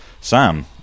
Sam